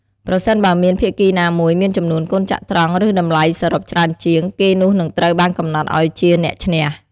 ប្រសិនបើមានភាគីណាមួយមានចំនួនកូនចត្រង្គ ឬតម្លៃសរុបច្រើនជាង គេនោះនឹងត្រូវបានកំណត់ឲ្យជា អ្នកឈ្នះ។